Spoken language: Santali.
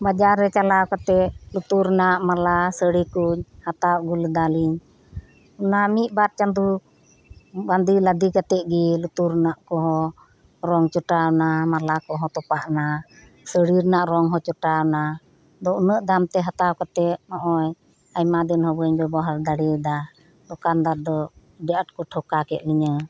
ᱵᱟᱡᱟᱨ ᱨᱮ ᱪᱟᱞᱟᱣ ᱠᱟᱛᱮ ᱞᱩᱛᱩᱨ ᱨᱮᱱᱟᱜ ᱢᱟᱞᱟ ᱥᱟᱹᱲᱤ ᱠᱩᱧ ᱦᱟᱛᱟᱣ ᱟᱹᱜᱩ ᱞᱮᱫᱟ ᱞᱤᱧ ᱚᱱᱟ ᱢᱤᱫ ᱵᱟᱨ ᱪᱟᱸᱫᱳ ᱵᱟᱫᱮ ᱞᱟᱫᱮ ᱠᱟᱛᱮᱜᱮ ᱞᱩᱛᱩᱨ ᱨᱮᱱᱟᱜ ᱠᱚᱦᱚᱸ ᱨᱚᱝ ᱪᱚᱴᱟᱣ ᱮᱱᱟ ᱢᱟᱞᱟ ᱠᱚᱦᱚᱸ ᱛᱚᱯᱟᱜ ᱮᱱᱟ ᱥᱟᱹᱲᱤ ᱨᱮᱱᱟᱜ ᱨᱚᱝ ᱦᱚᱸ ᱪᱚᱴᱟᱣ ᱮᱱᱟ ᱟᱫᱚ ᱩᱱᱟᱜ ᱫᱟᱢ ᱛᱮ ᱦᱟᱛᱟᱣ ᱠᱟᱛᱮᱫ ᱱᱚᱜ ᱚᱭ ᱟᱭᱢᱟ ᱫᱤᱱ ᱦᱚᱸ ᱵᱟᱹᱧ ᱵᱮᱵᱚᱨ ᱦᱟᱨ ᱫᱟᱲᱮ ᱟᱫᱟ ᱫᱚᱠᱟᱱ ᱫᱟᱨ ᱫᱚ ᱟᱹᱰᱤ ᱟᱴᱠᱚ ᱴᱷᱚᱠᱟᱣ ᱠᱮᱫ ᱞᱤᱧᱟᱹ